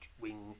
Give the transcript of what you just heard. wing